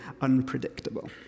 unpredictable